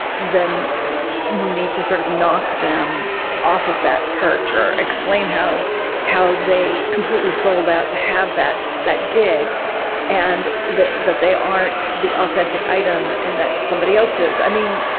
then you need to sort of knock them off of that perch or explain how how they completely sold out to have that that gig and that they aren't the authentic item and that somebody else's i mean,